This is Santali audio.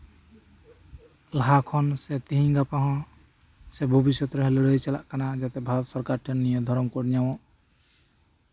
ᱞᱟᱦᱟ ᱠᱷᱚᱱ ᱥᱮ ᱛᱮᱦᱤᱧ ᱜᱟᱯᱟ ᱦᱚᱸ ᱥᱮ ᱵᱷᱚᱵᱤᱥᱚᱛᱨᱮ ᱞᱟᱹᱲᱦᱟᱹᱭ ᱪᱟᱞᱟᱜ ᱠᱟᱱᱟ ᱥᱚᱨᱠᱟᱨ ᱴᱷᱮᱱ ᱡᱟᱛᱮᱜ ᱱᱤᱭᱟᱹ ᱫᱷᱚᱨᱚᱢ ᱠᱳᱰ ᱧᱟᱢᱚᱜ